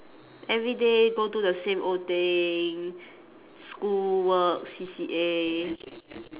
every day go do the same old thing school work C_C_A